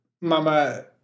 Mama